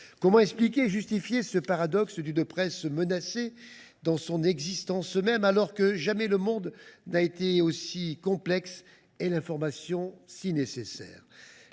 Comment expliquer et justifier ce paradoxe d’une presse menacée dans son existence même, alors que jamais le monde n’a été aussi complexe et l’information aussi nécessaire ?